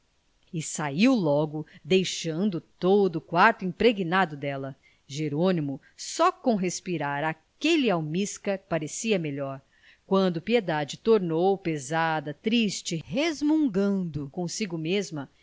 e saiu logo deixando todo quarto impregnado dela jerônimo só com respirar aquele almíscar parecia melhor quando piedade tornou pesada triste resmungando consigo mesma